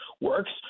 works